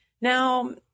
now